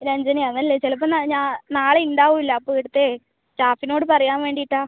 രഞ്ജന ആണല്ലേ ചിലപ്പോൾ ഞാൻ നാളെ ഉണ്ടാവുകയില്ല അപ്പോൾ ഇവിടുത്തെ സ്റ്റാഫിനോട് പറയാൻ വേണ്ടിയിട്ടാണ്